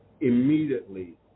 immediately